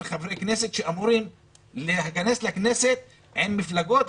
חברי כנסת שאמורים להיכנס לכנסת עם מפלגות,